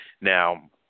now